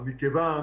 אבל מכיוון